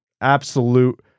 absolute